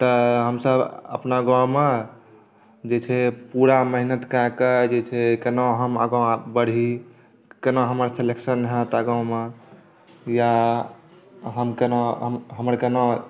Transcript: तऽ हमसब अपना गाममे जे छै पूरा मेहनत कऽ कऽ जे छै कोना हम आगाँ बढ़ी कोना हमर सेलेक्शन हैत आगाँमे या हम कोना हमर कोना